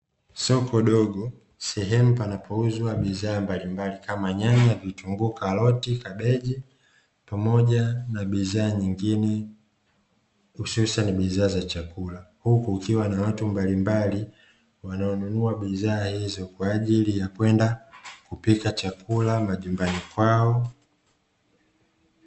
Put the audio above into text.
Soko dogo sehemu panapouzwa bidhaa mbalimbali kama nyanya, vitunguu, karoti, kabeji pamoja na bidhaa nyingine hususani ni bidhaa za chakula huku kukiwa na watu mbalimbali wanaonunua bidhaa hizo kwa ajili ya kwenda kupika chakula majumbani kwao.